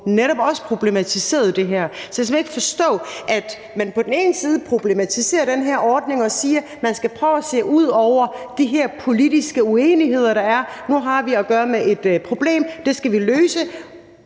netop problematiserede det her. Så jeg kan simpelt hen ikke forstå, at man på den ene side problematiserer den her ordning og siger, at man skal prøve at se ud over de her politiske uenigheder, der er, og at nu har vi at gøre med et problem, som vi skal løse,